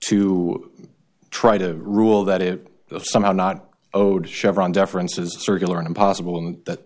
to try to rule that it somehow not owed to chevron deference is circular and impossible and that